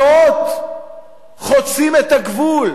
מאות חוצים את הגבול,